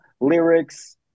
lyrics